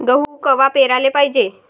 गहू कवा पेराले पायजे?